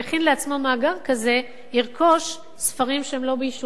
לעצמו מאגר כזה ירכוש ספרים שהם לא באישורו.